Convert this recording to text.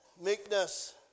Meekness